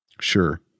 Sure